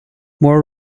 more